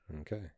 Okay